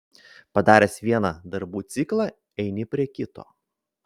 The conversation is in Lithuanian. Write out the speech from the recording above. padaręs vieną darbų ciklą eini prie kito